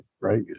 right